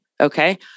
okay